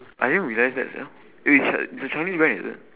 I didn't realise that sia eh ch~ it's a chinese brand is it